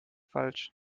falsch